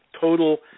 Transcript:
total